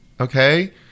okay